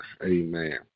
Amen